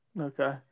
Okay